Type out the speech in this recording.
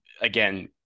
again